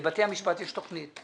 לבתי המשפט יש תוכנית.